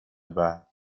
بعد